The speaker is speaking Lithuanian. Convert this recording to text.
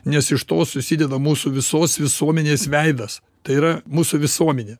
nes iš to susideda mūsų visos visuomenės veidas tai yra mūsų visuomenė